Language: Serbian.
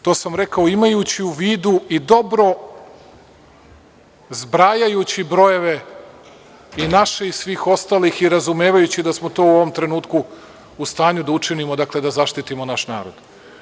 To sam rekao imajući u vidu i dobro zbrajajući brojeve, i naše i svih ostalih, i razumevajući da smo to u ovom trenutku u stanju da učinimo, dakle, da zaštitimo naš narod.